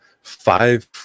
five